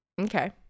Okay